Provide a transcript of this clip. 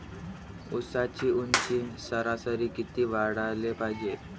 ऊसाची ऊंची सरासरी किती वाढाले पायजे?